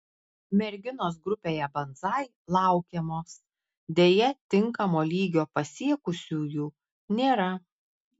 merginos grupėje banzai laukiamos deja tinkamo lygio pasiekusiųjų nėra